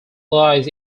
lies